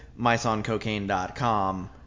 MiceOnCocaine.com